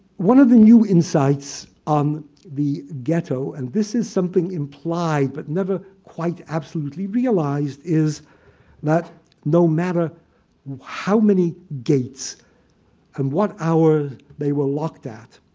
one of the new insights on the ghetto, and this is something implied but never quite absolutely realized, is that no matter how many gates and what hour they were locked at,